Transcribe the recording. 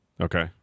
Okay